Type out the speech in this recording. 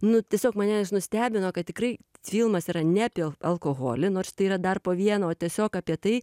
nu tiesiog mane jis nustebino kad tikrai filmas yra ne apie alkoholį nors tai yra dar po vieną o tiesiog apie tai